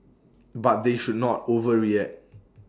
but they should not overreact